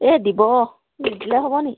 এই দিব নিদিলে হ'ব নি